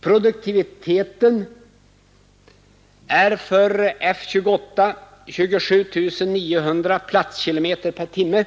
Produktiviteten är för Fokker F-28 27 900 platskilometer per timme